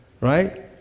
Right